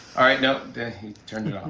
all right, now he turned it off.